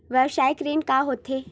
व्यवसायिक ऋण का होथे?